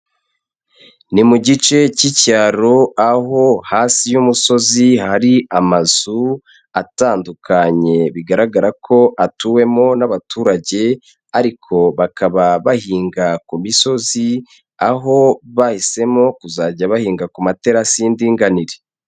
Ni mu gice cy'icyaro, aho hasi y'umusozi hari amazu atandukanye, bigaragara ko atuwemo n'abaturage ariko bakaba bahinga ku misozi, aho bahisemo kuzajya bahinga ku materasi y'indinganire.